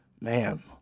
man